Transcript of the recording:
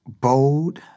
bold